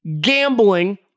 gambling